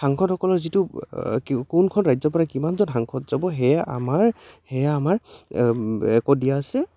সাংসদসকলৰ যিটো কোনখন ৰাজ্যৰ পৰা কিমানজন সাংসদ যাব সেয়ে আমাৰ সেয়া আমাৰ এ ক'ত দিয়া আছে